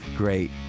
great